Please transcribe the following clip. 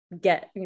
get